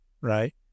right